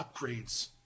upgrades